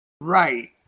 right